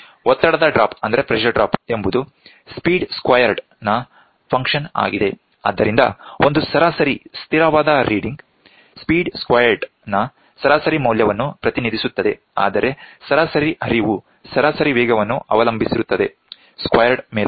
ಒತ್ತಡದ ಡ್ರಾಪ್ ಎಂಬುದು ಸ್ಪೀಡ್ ಸ್ಕ್ವಯರ್ಡ್ನ ಫನ್ಕ್ಷನ್ ಆಗಿದೆ ಆದ್ದರಿಂದ ಒಂದು ಸರಾಸರಿ ಸ್ಥಿರ ವಾದ ರೀಡಿಂಗ್ ಸ್ಪೀಡ್ ಸ್ಕ್ವಯರ್ಡ್ನ ಸರಾಸರಿ ಮೌಲ್ಯವನ್ನು ಪ್ರತಿನಿಧಿಸುತ್ತದೆ ಆದರೆ ಸರಾಸರಿ ಹರಿವು ಸರಾಸರಿ ವೇಗವನ್ನು ಅವಲಂಬಿಸಿರುತ್ತದೆ ಸ್ಕ್ವಯರ್ಡ್ ಮೇಲಲ್ಲ